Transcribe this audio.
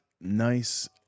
nice